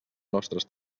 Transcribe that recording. nostres